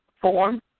form